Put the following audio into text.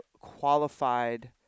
qualified